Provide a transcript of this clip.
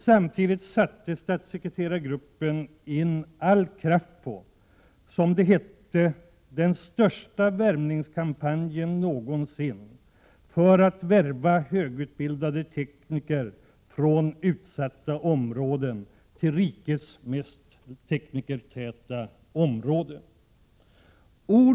Samtidigt satte statssekreterargruppen in all kraft på, som det hette, ”den största värvningskampanjen någonsin” för att värva högutbildade tekniker från utsatta områden till rikets mest teknikertäta område, Stockholm.